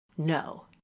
No